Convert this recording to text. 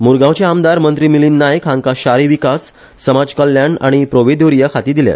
मुरगांव चे आमदार मंत्री मिलींद नायक हांका शारी विकास समाज कल्याण आनी प्रोवेदोरिया खातीं दिल्या